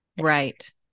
Right